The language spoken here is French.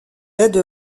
l’aide